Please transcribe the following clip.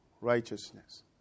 righteousness